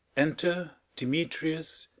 enter demetrius,